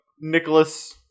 Nicholas